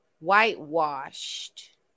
whitewashed